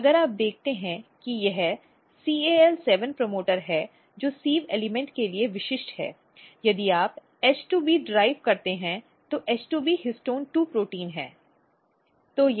और अगर आप देखते हैं कि यह CAL7 प्रमोटर है जो सिव़ एलिमेंट के लिए विशिष्ट है और यदि आप H2B ड्राइव करते हैं तो H2B HISTONE2 प्रोटीन है